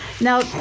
Now